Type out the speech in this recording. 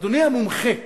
אדוני המומחה,